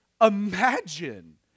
Imagine